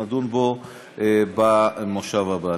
לכן אני מבקש לפצל אותו ואנחנו נדון בו בכנס הבא.